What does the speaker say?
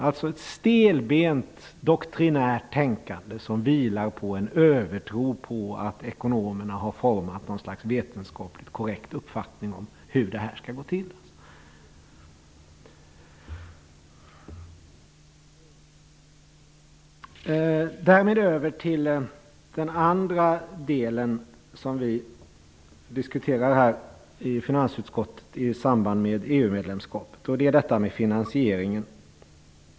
Det är ett stelbent doktrinärt tänkande, som vilar på en övertro på att ekonomerna har format något slags vetenskapligt korrekt uppfattning om hur detta skall gå till. Därmed vill jag gå över till den andra delen av finansutskottets betänkande som vi diskuterar i samband med EU-medlemskapet. Den gäller finansieringen.